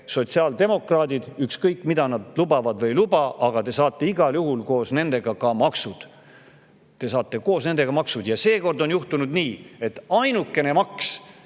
sotsiaaldemokraate, ükskõik, mida nad lubavad või ei luba, aga te saate igal juhul koos nendega ka maksud, te saate koos nendega maksud. Seekord on juhtunud nii, et ainukene maks,